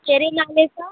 कहिड़े नाले सां